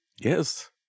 yes